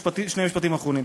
שני משפטים אחרונים.